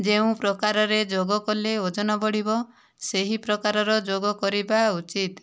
ଯେଉଁ ପ୍ରକାରରେ ଯୋଗ କଲେ ଓଜନ ବଢ଼ିବ ସେହି ପ୍ରକାରର ଯୋଗ କରିବା ଉଚିତ